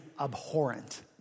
abhorrent